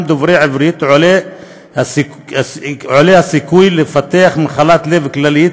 דוברים עברית עולה הסיכוי לפתח מחלת לב כללית,